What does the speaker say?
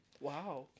Wow